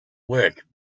work